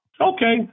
Okay